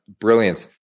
brilliance